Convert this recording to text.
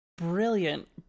Brilliant